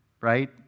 right